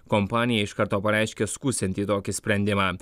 kompanija iš karto pareiškė skųsianti tokį sprendimą